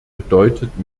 bedeutet